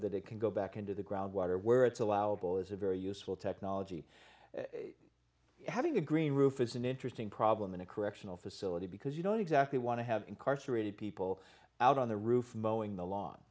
that it can go back into the groundwater where it's allowable is a very useful technology how do you green roof is an interesting problem in a correctional facility because you don't exactly want to have incarcerated people out on the roof mow in the lawn